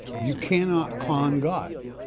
you cannot con god.